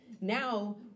Now